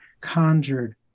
conjured